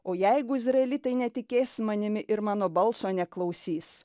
o jeigu izraelitai netikės manimi ir mano balso neklausys